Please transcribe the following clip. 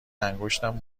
انگشتم